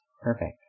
perfect